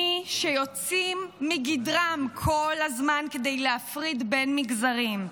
מי שיוצאים מגדרם כל הזמן כדי להפריד בין מגזרים,